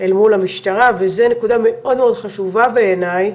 אל מול המשטרה וזה נקודה מאוד מאוד חשובה בעיניי,